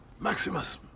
Maximus